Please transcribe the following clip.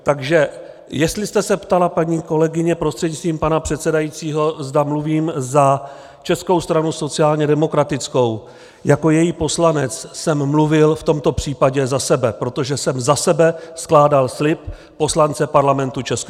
Takže jestli jste se ptala, paní kolegyně prostřednictvím pana předsedajícího, zda mluvím za Českou stranu sociálně demokratickou jako její poslanec jsem mluvil v tomto případě za sebe, protože jsem za sebe skládal slib poslance Parlamentu ČR.